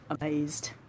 amazed